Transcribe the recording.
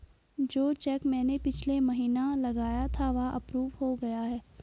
जो चैक मैंने पिछले महीना लगाया था वह अप्रूव हो गया है